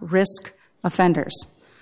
risk offenders